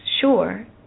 sure